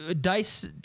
Dice